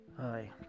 Hi